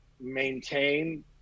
maintain